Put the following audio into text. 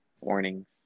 Warnings